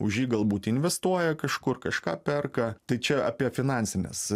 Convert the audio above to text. už jį galbūt investuoja kažkur kažką perka tai čia apie finansines